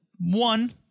One